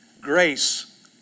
Grace